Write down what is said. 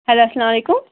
hello اسلامُ علیکُم